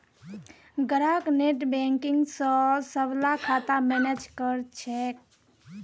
ग्राहक नेटबैंकिंग स सबला खाता मैनेज कर छेक